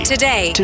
Today